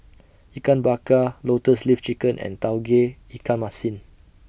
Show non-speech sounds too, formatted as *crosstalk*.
*noise* Ikan Bakar Lotus Leaf Chicken and Tauge Ikan Masin